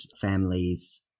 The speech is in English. families